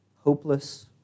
Hopeless